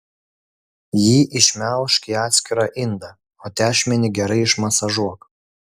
jį išmelžk į atskirą indą o tešmenį gerai išmasažuok